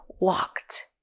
walked